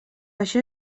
això